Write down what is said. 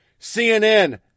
CNN